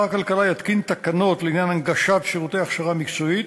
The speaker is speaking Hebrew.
שר הכלכלה יתקין תקנות לעניין הנגשת שירותי הכשרה מקצועית.